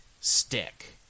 stick